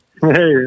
Hey